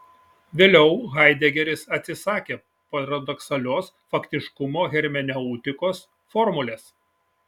vėliau haidegeris atsisakė paradoksalios faktiškumo hermeneutikos formulės